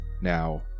now